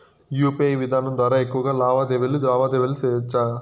UPI విధానం ద్వారా ఎక్కువగా లావాదేవీలు లావాదేవీలు సేయొచ్చా?